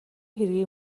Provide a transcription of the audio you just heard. хэргийг